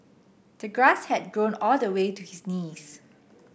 the grass had grown all the way to his knees